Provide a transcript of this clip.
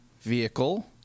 vehicle